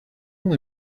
only